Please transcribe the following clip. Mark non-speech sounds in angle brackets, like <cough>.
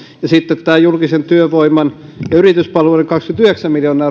ja julkisen työvoiman ja yrityspalveluiden kahtakymmentäyhdeksää miljoonaa <unintelligible>